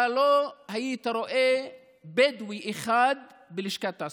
אתה לא היית רואה בדואי אחד בלשכת התעסוקה.